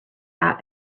out